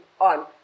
on